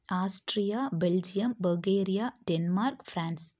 Austria Belgium Bulgaria Denmark France